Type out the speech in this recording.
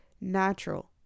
natural